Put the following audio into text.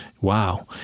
Wow